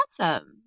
awesome